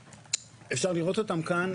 ניתן לראות אותם כאן,